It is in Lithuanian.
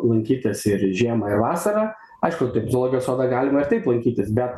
lankytis ir žiemą ir vasarą aišku taip zoologijos sode galima ir taip lankytis bet